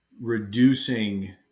reducing